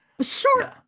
sure